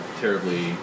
terribly